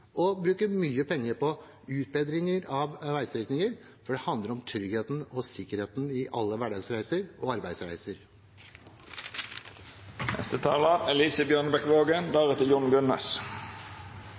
og bruke mye penger på utbedringer av veistrekninger. Det handler om tryggheten og sikkerheten i alle hverdagsreiser og